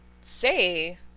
say